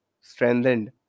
strengthened